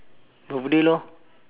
nobody lor